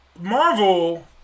Marvel